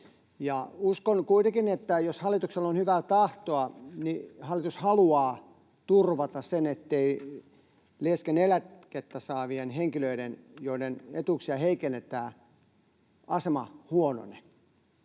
Uskon kuitenkin, että jos hallituksella on hyvää tahtoa, hallitus haluaa turvata sen, ettei leskeneläkettä saavien henkilöiden, joiden etuuksia heikennetään, asema huonone.